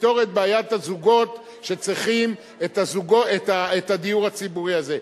לפתור את בעיית הזוגות שצריכים את הדיור הציבורי הזה.